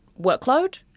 workload